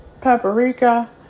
paprika